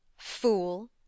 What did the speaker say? Fool